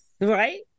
right